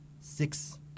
six